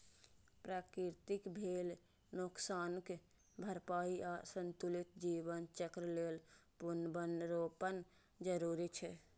प्रकृतिक भेल नोकसानक भरपाइ आ संतुलित जीवन चक्र लेल पुनर्वनरोपण जरूरी छै